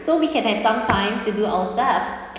so we can have some time to do our stuff